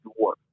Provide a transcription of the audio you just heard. work